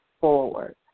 forward